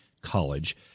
college